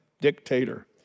dictator